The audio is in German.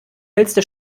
hellste